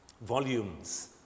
volumes